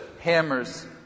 hammers